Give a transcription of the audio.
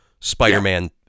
Spider-Man